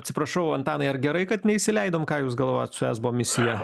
atsiprašau antanai ar gerai kad neįsileidom ką jūs galvojat su esbo misija